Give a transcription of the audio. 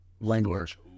language